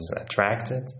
attracted